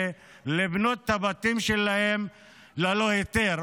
לבנות את הבתים שלהם ללא היתר.